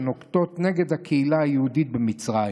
שננקטות נגד הקהילה היהודית במצרים.